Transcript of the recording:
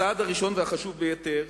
הצעד הראשון והחשוב ביותר